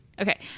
Okay